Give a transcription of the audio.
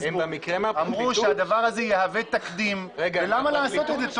אמרו שהדבר הזה יהווה תקדים ולמה לעשות את זה?